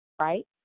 right